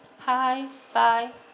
hi bye